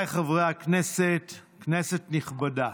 חבריי חברי הכנסת, כנסת נכבדה,